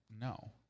no